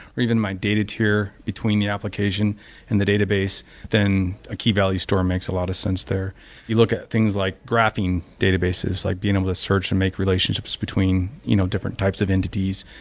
or even my data tier between the application and the database, then a key-value store makes a lot of sense there you look at things like graphing databases, like being able to search and make relationships between you know different types of entities.